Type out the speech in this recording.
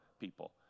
people